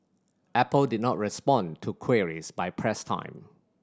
apple did not respond to queries by press time